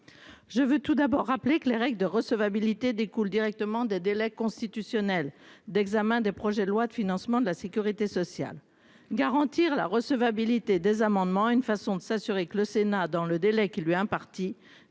Je veux tout d'abord rappeler que les règles de recevabilité découle directement des délais constitutionnels d'examen des projets de loi de financement de la Sécurité sociale, garantir la recevabilité des amendements. Une façon de s'assurer que le Sénat dans le délai qui lui est imparti